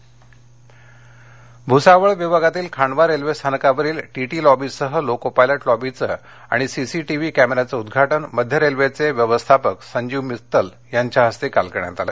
मध्य रेल्वे विकास कामं जळगाव भूसावळ विभागातील खंडवा रेल्वे स्थानकावरील टीटी लॉबीसह लोकोपायलट लॉबीचे आणि सीसीटीव्ही कॅमेयचि उद्घाटन मध्य रेल्वेचे व्यवस्थापक संजीव मित्तल यांच्या हस्ते काल करण्यात आले